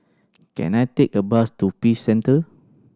can I take a bus to Peace Centre